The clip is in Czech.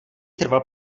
trval